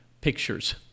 pictures